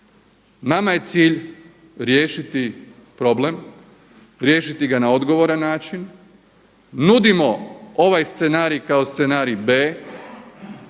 Nama je cilj riješiti problem, riješiti ga na odgovoran način. Nudimo ovaj scenarij kao scenarij B,